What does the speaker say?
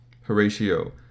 Horatio